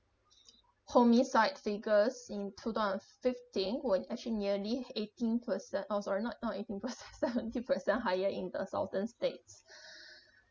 homicide figures in two thousand fifteen were actually nearly eighteen percent oh sorry not not eighteen percent seventy percent higher in the southern states